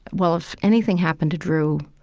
well, if anything happened to drew,